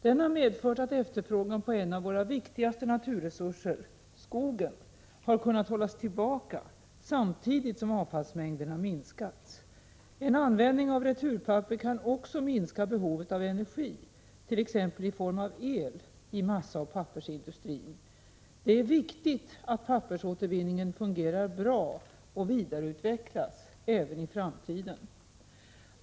Den har medfört att efterfrågan på en av våra viktigaste naturresurser, skogen, har kunnat hållas tillbaka samtidigt som avfallsmängderna minskats. En användning av returpapper kan också minska behovet av energi, t.ex. i form av el, i massaoch pappersindustrin. Det är viktigt att pappersåtervinningen fungerar bra och vidareutvecklas även i framtiden.